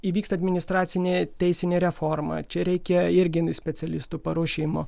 įveiksta administracinė teisinė reforma čia reikia irgi specialistų paruošimo